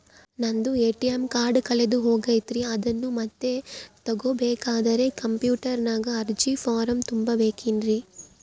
ನಂದು ATM card ಕಳೆದು ಹೋಗೈತ್ರಿ ಅದನ್ನು ಮತ್ತೆ ತಗೋಬೇಕಾದರೆ ಕಂಪ್ಯೂಟರ್ ನಾಗ ಅರ್ಜಿ ಫಾರಂ ತುಂಬಬೇಕನ್ರಿ?